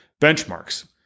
benchmarks